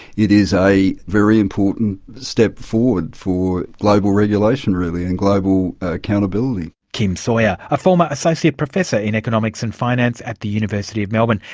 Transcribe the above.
it is a very important step forward for global regulation, really, and global accountability. kim sawyer, a former associate professor in economics and finance at the university of melbourne,